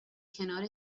کنار